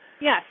Yes